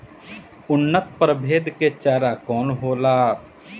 उन्नत प्रभेद के चारा कौन होला?